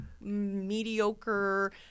mediocre